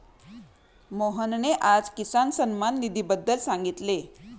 मोहनने आज किसान सन्मान निधीबद्दल सांगितले